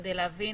כדי להבין